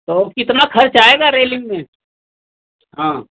तो कितना खर्च आएगा रेलिंग में हाँ